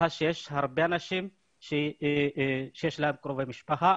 יש הרבה אנשים שיש להם קרובי משפחה.